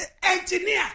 Engineer